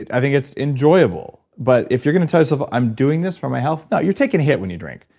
i think it's enjoyable, but if you're going to tell yourself, i'm doing this for my health? no, you're taking a hit when you drink.